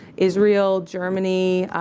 israel. germany.